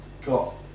got